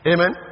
Amen